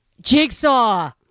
Jigsaw